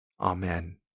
Amen